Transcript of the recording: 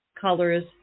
colors